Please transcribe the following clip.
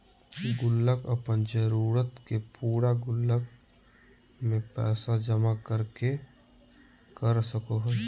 गुल्लक अपन जरूरत के पूरा गुल्लक में पैसा जमा कर के कर सको हइ